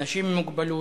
אנשים עם מוגבלות,